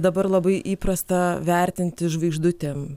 dabar labai įprasta vertinti žvaigždutėm